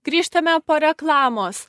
grįžtame po reklamos